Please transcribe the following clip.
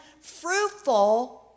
fruitful